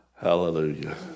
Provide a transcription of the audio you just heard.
Hallelujah